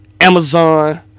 Amazon